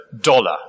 Dollar